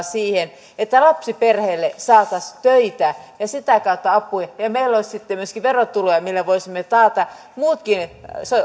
siihen että lapsiperheille saataisiin töitä ja sitä kautta apua ja ja meillä olisi sitten myöskin verotuloja millä voisimme taata muutkin